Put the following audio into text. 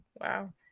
Wow